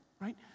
right